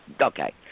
Okay